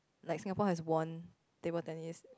like Singapore has won table tennis